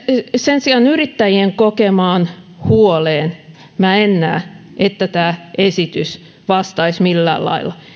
sen sijaan yrittäjien kokemaan huoleen en näe että tämä esitys vastaisi millään lailla